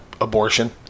abortion